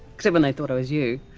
except when they thought i was you.